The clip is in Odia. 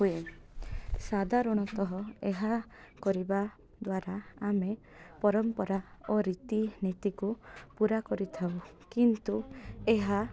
ହୁଏ ସାଧାରଣତଃ ଏହା କରିବା ଦ୍ୱାରା ଆମେ ପରମ୍ପରା ଓ ରୀତିନୀତିକୁ ପୁରା କରିଥାଉ କିନ୍ତୁ ଏହା